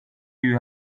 you